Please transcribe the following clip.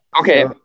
Okay